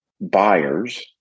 buyers